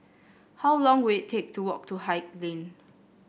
how long will it take to walk to Haig Lane